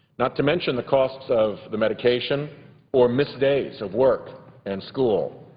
not to mention the costs of the medication or missed days of work and school.